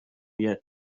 yet